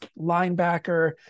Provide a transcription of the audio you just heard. linebacker